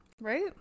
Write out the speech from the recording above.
right